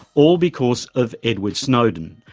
all because of edward snowden,